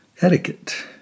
Etiquette